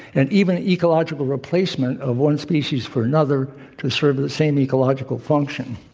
and even ecological replacement of one species for another, to serve the same ecological function.